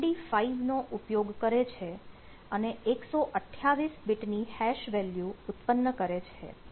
તે MD5નો ઉપયોગ કરે છે અને 128 બીટની હેશ વેલ્યુ ઉત્પન્ન કરે છે